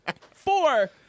Four